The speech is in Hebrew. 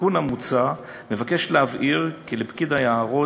התיקון המוצע מבקש להבהיר כי לפקיד היערות,